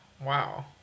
Wow